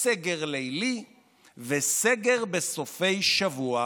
סגר לילי וסגר בסופי שבוע.